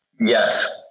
yes